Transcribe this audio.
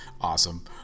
Awesome